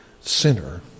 sinner